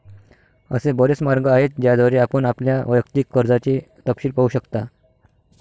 असे बरेच मार्ग आहेत ज्याद्वारे आपण आपल्या वैयक्तिक कर्जाचे तपशील पाहू शकता